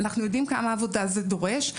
אנחנו יודעים כמה עבודה זה דורש,